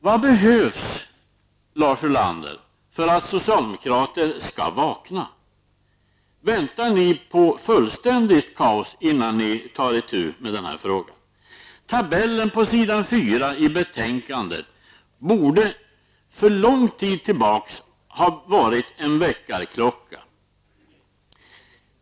Vad behövs, Lars Ulander, för att ni socialdemokrater skall vakna? Väntar ni på fullständigt kaos innan ni tar itu med den här frågan? Tabellen på s. 4 i betänkandet borde sedan lång tid tillbaka ha varit en väckarklocka.